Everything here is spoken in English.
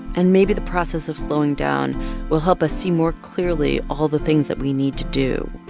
and maybe the process of slowing down will help us see more clearly all the things that we need to do,